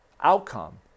outcome